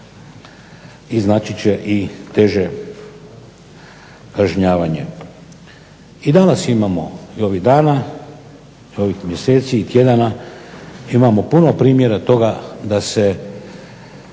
i značit će i teže kažnjavanje. I danas imamo i ovih dana i ovih mjeseci i tjedana imamo puno primjera toga da se